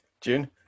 June